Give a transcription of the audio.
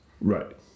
Right